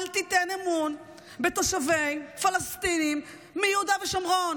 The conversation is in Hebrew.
אל תיתן אמון בתושבים פלסטינים מיהודה ושומרון,